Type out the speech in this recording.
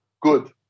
good